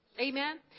Amen